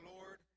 Lord